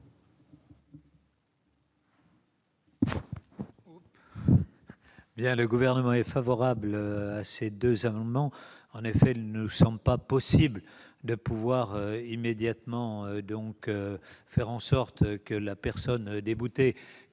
? Le Gouvernement est favorable à ces deux amendements. En effet, il ne nous semble pas possible de faire en sorte que la personne déboutée